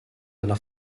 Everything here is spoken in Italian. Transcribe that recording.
della